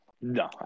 No